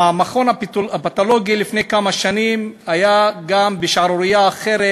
המכון הפתולוגי לפני כמה שנים היה גם בשערורייה אחרת,